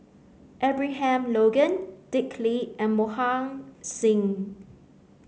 Abraham Logan Dick Lee and Mohan Singh